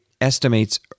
estimates